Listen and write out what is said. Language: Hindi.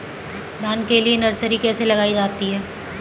धान के लिए नर्सरी कैसे लगाई जाती है?